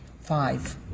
Five